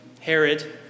Herod